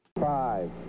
Five